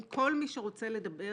כל מי שרוצה לדבר